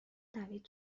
دوید